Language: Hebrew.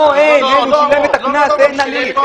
אוקיי.